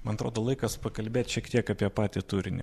man atrodo laikas pakalbėt šiek tiek apie patį turinį